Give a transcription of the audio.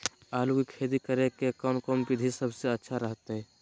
आलू की खेती करें के कौन कौन विधि सबसे अच्छा रहतय?